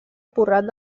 porrat